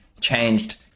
changed